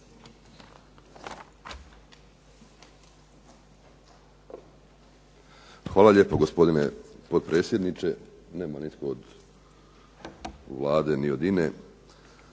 Hvala lijepo gospodine potpredsjedniče, nema nitko ni od Vlade ni od INA-e.